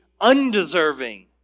undeserving